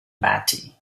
batty